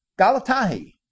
Galatahi